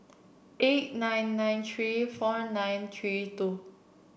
eight nine nine three four nine three two